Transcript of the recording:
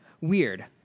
Weird